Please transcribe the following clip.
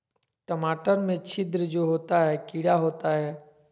टमाटर में छिद्र जो होता है किडा होता है?